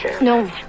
No